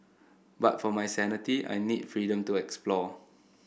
but for my sanity I need freedom to explore